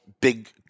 big